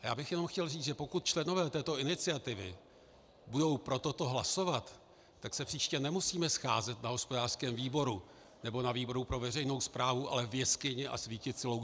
A jenom bych chtěl říct, že pokud členové této iniciativy budou pro toto hlasovat, tak se příště nemusíme scházet na hospodářském výboru nebo na výboru pro veřejnou správu, ale v jeskyni a svítit si loučemi.